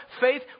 faith